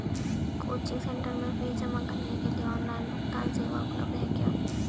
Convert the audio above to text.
Coaching centre में fees जमा करने के लिए ऑनलाइन भुगतान सेवा उपलब्ध है क्या?